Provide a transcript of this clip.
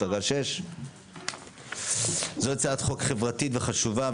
דרגה 6. זו הצעת חוק חברתית וחשובה,